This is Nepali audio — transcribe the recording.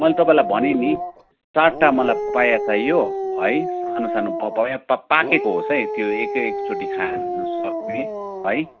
मैले तपाईँलाई भने नि चारवटा मलाई पपाया चाहियो है सानो सानो पापाया प पाकेको होस् है त्यो एकै एकचोटि खानुसक्ने है